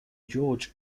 george